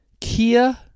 Kia